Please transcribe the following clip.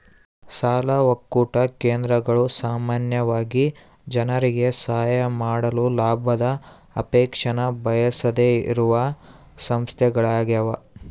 ಸಾಲ ಒಕ್ಕೂಟ ಕೇಂದ್ರಗಳು ಸಾಮಾನ್ಯವಾಗಿ ಜನರಿಗೆ ಸಹಾಯ ಮಾಡಲು ಲಾಭದ ಅಪೇಕ್ಷೆನ ಬಯಸದೆಯಿರುವ ಸಂಸ್ಥೆಗಳ್ಯಾಗವ